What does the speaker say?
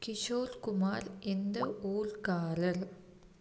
கிஷோர் குமார் எந்த ஊர்காரர்